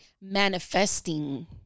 manifesting